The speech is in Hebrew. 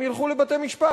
הם ילכו לבתי-משפט,